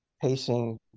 pacing